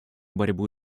борьбу